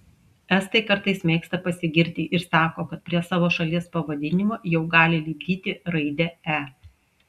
estai kartais mėgsta pasigirti ir sako kad prie savo šalies pavadinimo jau gali lipdyti raidę e